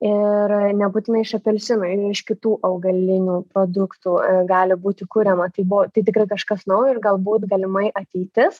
ir nebūtinai iš apelsinų ir iš kitų augalinių produktų gali būti kuriama tai buvo tai tikrai kažkas naujo ir galbūt galimai ateitis